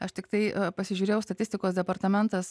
aš tiktai pasižiūrėjau statistikos departamentas